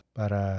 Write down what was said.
para